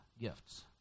gifts